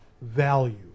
value